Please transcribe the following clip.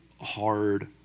hard